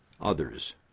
others